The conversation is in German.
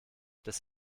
des